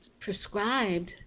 prescribed